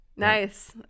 Nice